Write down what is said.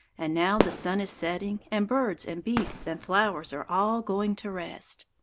and now the sun is setting and birds and beasts and flowers are all going to rest.